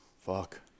fuck